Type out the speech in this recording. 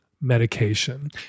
medication